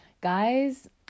Guys